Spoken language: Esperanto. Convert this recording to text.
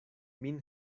min